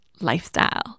lifestyle